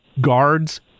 guards